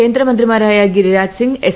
കേന്ദ്രമന്ത്രിമാരായ ഗിരിരാജ് സിംഗ് എസ്